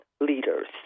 leaders